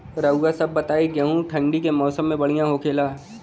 रउआ सभ बताई गेहूँ ठंडी के मौसम में बढ़ियां होखेला?